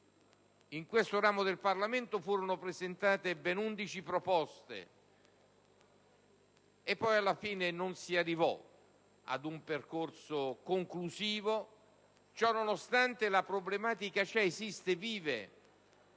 In questo ramo del Parlamento furono presentate ben 11 proposte, ma alla fine non si arrivò ad un percorso conclusivo. Ciononostante, la problematica esiste e vive